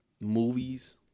Movies